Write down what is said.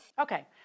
Okay